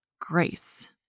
grace